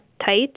tight